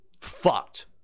fucked